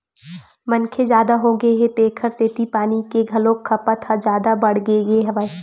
मनखे जादा होगे हे तेखर सेती पानी के घलोक खपत ह जादा बाड़गे गे हवय